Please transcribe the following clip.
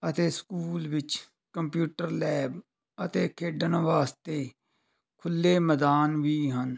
ਅਤੇ ਸਕੂਲ ਵਿੱਚ computer lab ਅਤੇ ਖੇਡਣ ਵਾਸਤੇ ਖੁੱਲ੍ਹੇ ਮੈਦਾਨ ਵੀ ਹਨ